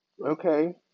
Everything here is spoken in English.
okay